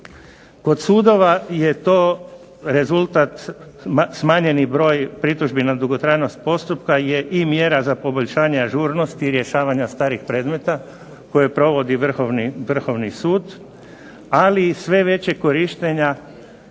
Kod sudova je to rezultat smanjeni broj pritužbi na dugotrajnost postupka je i mjera za poboljšanje ažurnosti i rješavanja starih predmeta koje provodi Vrhovni sud, ali i sve većeg korištenja